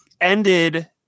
ended